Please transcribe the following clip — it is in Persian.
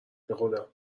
بخدا